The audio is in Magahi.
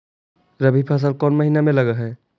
रबी फसल कोन महिना में लग है?